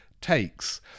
takes